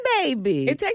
baby